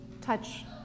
touch